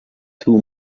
two